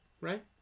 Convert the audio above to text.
Right